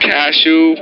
Cashew